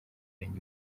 nyuma